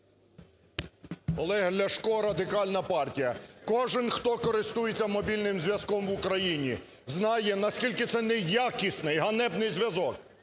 Олег Ляшко, Радикальна партія. Кожний, хто користується мобільним зв'язком в Україні, знає, наскільки це неякісний, ганебний зв'язок.